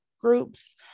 groups